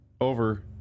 over